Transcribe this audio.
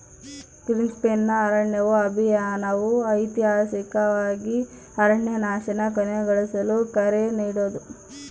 ಗ್ರೀನ್ಪೀಸ್ನ ಅರಣ್ಯ ಅಭಿಯಾನವು ಐತಿಹಾಸಿಕವಾಗಿ ಅರಣ್ಯನಾಶನ ಕೊನೆಗೊಳಿಸಲು ಕರೆ ನೀಡೋದು